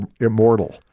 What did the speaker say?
Immortal